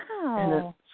Wow